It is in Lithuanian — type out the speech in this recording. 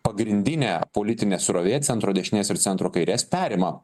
pagrindinė politinė srovė centro dešinės ir centro kairės perima